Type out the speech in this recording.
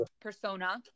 persona